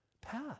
path